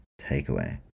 takeaway